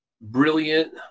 brilliant